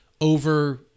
over